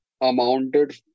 amounted